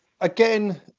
Again